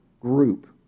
group